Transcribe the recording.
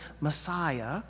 Messiah